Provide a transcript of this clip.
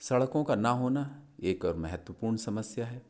सड़कों का ना होना एक और महत्वपूर्ण समस्या है